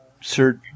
Sir